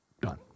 Done